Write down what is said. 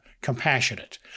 compassionate